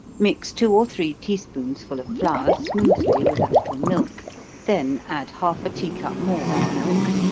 mix two or three tea spoonsful of flour smoothly with a little milk then add half a tea cup more of milk,